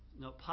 No